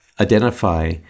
Identify